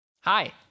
Hi